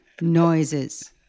noises